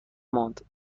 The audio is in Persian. ماند